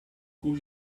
cui